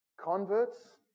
Converts